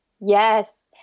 Yes